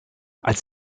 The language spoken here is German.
als